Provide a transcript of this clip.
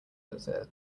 editor